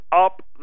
up